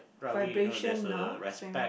vibration ah same